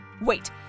Wait